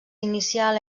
inicial